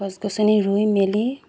গছ গছনি ৰুই মেলি